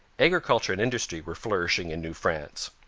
agriculture and industry were flourishing in new france.